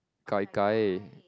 gai-gai